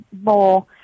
more